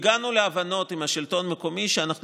הגענו להבנות עם השלטון המקומי שאנחנו